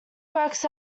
works